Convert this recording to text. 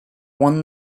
won